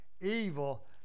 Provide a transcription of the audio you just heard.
evil